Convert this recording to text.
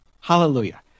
hallelujah